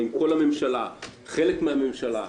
האם כל הממשלה או חלק מן הממשלה,